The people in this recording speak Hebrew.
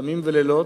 ימים ולילות,